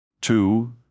Two